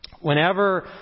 Whenever